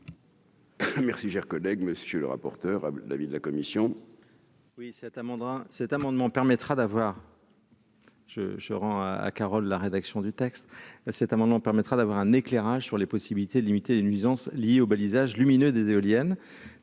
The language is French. Merci, chers collègues, monsieur le rapporteur, l'avis de la commission.